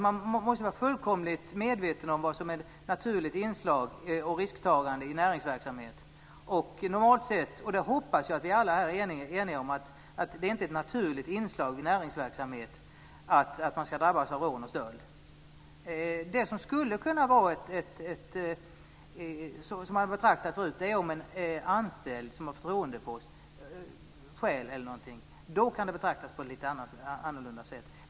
Man måste vara fullkomligt medveten om vad som är ett naturligt inslag och ett risktagande i näringsverksamhet. Jag hoppas att vi alla här är eniga om att rån och stöld inte är naturliga inslag i näringsverksamhet. Om en anställd som t.ex. har en förtroendepost stjäl kan det betraktas på ett lite annorlunda sätt.